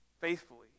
faithfully